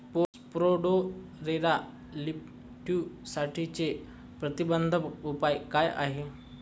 Spodoptera लिट्युरासाठीचे प्रतिबंधात्मक उपाय काय आहेत?